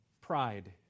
Pride